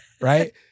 right